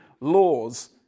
laws